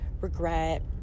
regret